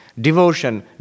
Devotion